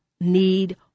need